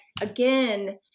again